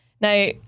now